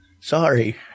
Sorry